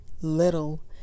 little